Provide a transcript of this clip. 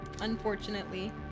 unfortunately